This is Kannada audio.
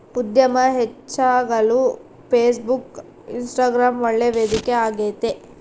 ಉದ್ಯಮ ಹೆಚ್ಚಾಗಲು ಫೇಸ್ಬುಕ್, ಇನ್ಸ್ಟಗ್ರಾಂ ಒಳ್ಳೆ ವೇದಿಕೆ ಆಗೈತೆ